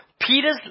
Peter's